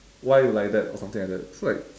why you like that or something like that so like